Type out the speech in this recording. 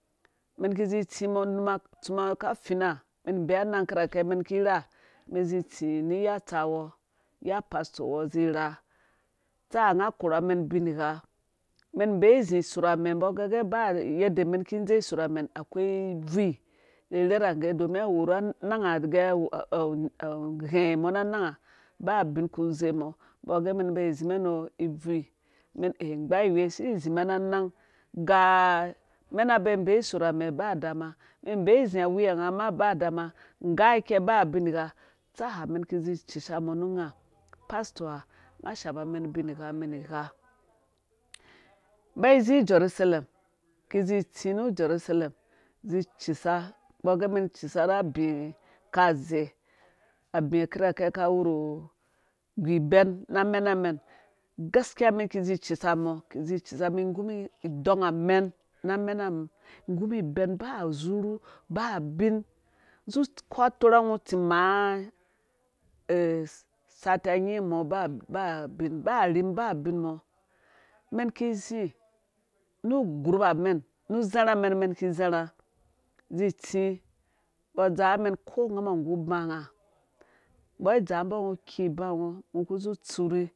Umɛn ki izi itsi mɔ unuma utsuma ka fina umɛn inbee anang akirakɛ umɛn ki irha umɛn izi itsi ni iya utsa wɔɔ iya upasto wɔɔ izi irha utsa ha unga akora mɛn ubingha umɛn ibee izi isurh amɛ umbo agɔ gɛ ba yende umɛn ki indze isurh amɛ akoi ibvi irhɛrhɛangge domin uwura ananga gɛ awu ughɛi mɔ na ananga ba ubin kuze mɔ umbɔ gɛ umɛn ɛh. ingba iwei si izi mɛn anang. ga mena bɛ inbee izi awiyanga ma baa dama ngayi ikɛ ba ubingh utsa ha umɛn ki izi itsisa mɔ nu unga pasto ha unga asha umɛn ubingha umɛn igha unba izi ujeruselem izi icisa umbɔ age umɛn icisa ra abi kaze abi akirakɛ akawuruingu ibɛn na amɛnamɛn gaskiya umɛn iki izi icisamɔ ki izi cisa umum igumum idɔɔngamɛn na amɛnamum igumum ibɛn ba uzurhu baa bini uzu uku atorhango utim maa satiya nying mɔ baa bin baa arhim baa bin mɔ umɛn ki izi nu ugroupamɛn nu uzarha mɛn umɛn ki iza rha izi itsi umbɔ adzaa umɛn ko ungamɔ nggu ubanga umbɔ ai idzaambɔ ungo uki unbango ungo uku uzi utsuri